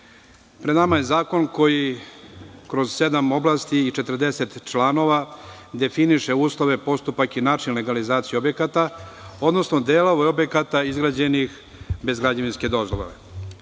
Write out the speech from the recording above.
nama je zakon koji kroz sedam oblasti i 40 članova definiše uslove, postupak i način legalizacije objekata, odnosno delova objekata izgrađenih bez građevinske dozvole.